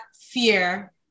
fear